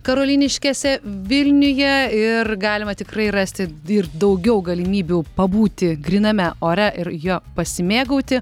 karoliniškėse vilniuje ir galima tikrai rasti vir daugiau galimybių pabūti gryname ore ir juo pasimėgauti